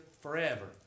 forever